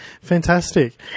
fantastic